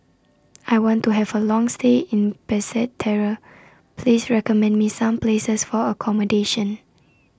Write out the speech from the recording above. I want to Have A Long stay in Basseterre Please recommend Me Some Places For accommodation